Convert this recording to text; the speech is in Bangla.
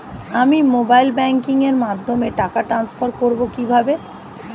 আমি মোবাইল ব্যাংকিং এর মাধ্যমে টাকা টান্সফার করব কিভাবে?